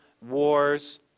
wars